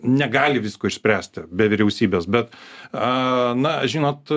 negali visko išspręsti be vyriausybės bet a na žinot